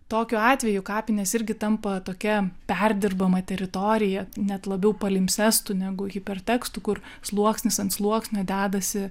tokiu atveju kapinės irgi tampa tokia perdirbama teritorija net labiau palimpsestu negu hipertekstu kur sluoksnis ant sluoksnio dedasi